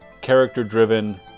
character-driven